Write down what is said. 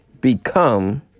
become